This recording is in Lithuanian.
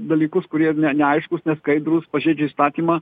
dalykus kurie ne neaiškūs neskaidrūs pažeidžia įstatymą